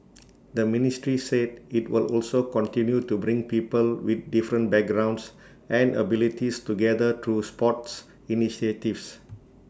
the ministry said IT will also continue to bring people with different backgrounds and abilities together through sports initiatives